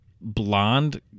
blonde